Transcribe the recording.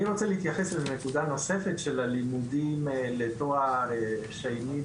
אני רוצה להתייחס לנקודה נוספת של הלימודים לתואר שני,